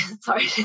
sorry